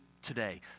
Today